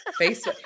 Facebook